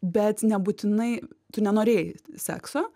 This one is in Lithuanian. bet nebūtinai tu nenorėjai sekso